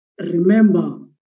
Remember